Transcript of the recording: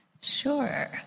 Sure